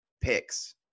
picks